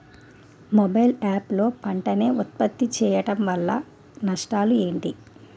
Mobile app లో పంట నే ఉప్పత్తి చేయడం వల్ల నష్టాలు ఏంటి?